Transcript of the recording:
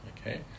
Okay